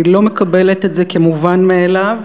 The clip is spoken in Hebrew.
אני לא מקבלת את זה כמובן מאליו.